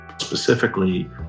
Specifically